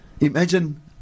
Imagine